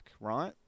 right